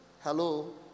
Hello